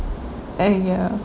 !aiya!